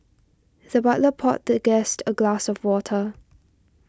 the butler poured the guest a glass of water